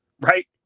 right